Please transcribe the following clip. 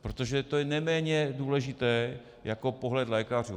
Protože to je neméně důležité jako pohled lékařů.